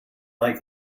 like